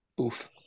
Oof